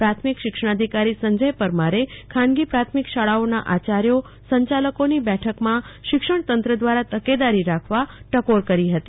પ્રાથમિક શિક્ષણાધિકારી સંજય પરમારે ખાનગી પ્રાથમિક શાળાઓના આચાર્યો સંચાલકોની બેઠકમાં શિક્ષણ તંત્ર દ્વારા તકેદારી રાખવા ટકોર કરાઇ હતી